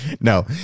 No